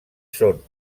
són